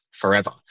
forever